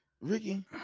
Ricky